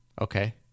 Okay